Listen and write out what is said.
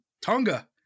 Tonga